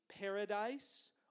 paradise